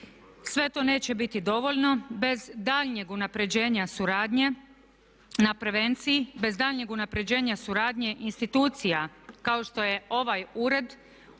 sve to neće biti dovoljno bez daljnjeg unapređenja suradnje, na prevenciji, bez daljnjeg unapređenja suradnje institucija kao što je ovaj ured